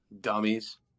Dummies